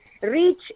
reach